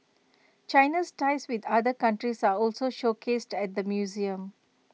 China's ties with other countries are also showcased at the museum